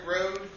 road